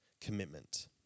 commitment